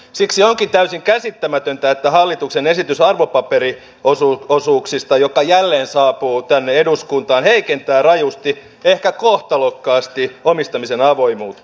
siksi onkin täysin käsittämätöntä että hallituksen esitys arvopaperiosuuksista joka jälleen saapuu tänne eduskuntaan heikentää rajusti ehkä kohtalokkaasti omistamisen avoimuutta